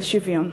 של שוויון.